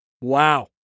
Wow